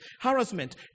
harassment